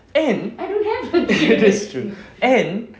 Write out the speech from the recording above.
and that's true